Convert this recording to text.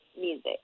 music